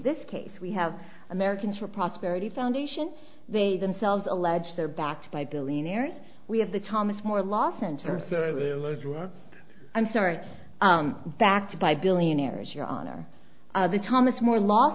this case we have americans for prosperity foundation they themselves allege they're backed by billionaires we have the thomas more law center i'm sorry it's backed by billionaires your honor the thomas more l